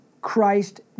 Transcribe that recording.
Christ